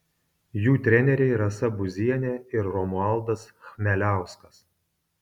jų treneriai rasa buzienė ir romualdas chmeliauskas